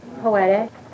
Poetic